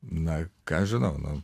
na ką aš žinau nu